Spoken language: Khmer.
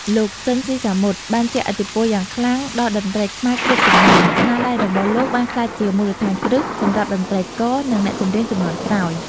លោក ស៊ីន ស៊ីសាមុត បានជះឥទ្ធិពលយ៉ាងខ្លាំងដល់តន្ត្រីខ្មែរគ្រប់ជំនាន់ ស្នាដៃរបស់លោកបានក្លាយជាមូលដ្ឋានគ្រឹះសម្រាប់តន្ត្រីករ និងអ្នកចម្រៀងជំនាន់ក្រោយ។